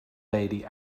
lady